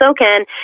SoCan